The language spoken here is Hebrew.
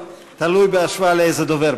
תלוי בהשוואה לאיזה דובר.